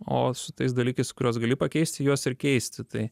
o su tais dalykais kuriuos gali pakeisti juos ir keisti tai